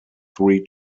three